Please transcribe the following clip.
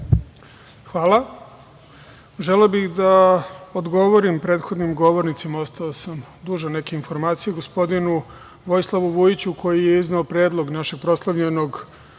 Hvala. Želeo bih da odgovorim prethodnim govornicima, ostao sam dužan neke informacije. Gospodinu Vojislavu Vujiću koji je izneo predlog našeg proslavljenog